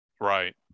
Right